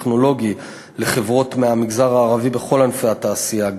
הטכנולוגי לחברות מהמגזר הערבי בכל ענפי התעשייה,